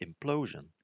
implosion